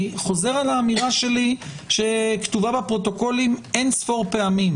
אני חוזר על אמירתי שכתובה בפרוטוקולים אין ספור פעמים: